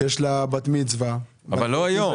יש לה בת מצווה --- אבל לא היום.